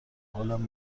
حالم